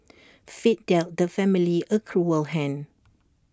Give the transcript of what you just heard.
fate dealt the family A cruel hand